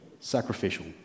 Sacrificial